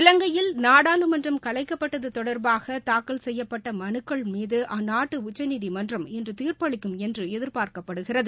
இவங்கையில் நாடாளுமன்றம் கலைக்கப்பட்டதை எதிர்த்து தாக்கல் செய்யப்பட்ட மனுக்கள் மீது அந்நாட்டு உச்சநீதிமன்றம் இன்று தீர்ப்பளிக்கும் எதிர்பார்க்கப்படுகிறது